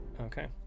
Okay